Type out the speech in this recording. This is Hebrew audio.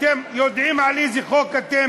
אתם יודעים על איזה חוק אתם